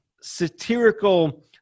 satirical